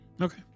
Okay